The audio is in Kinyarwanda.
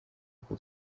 uko